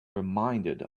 reminded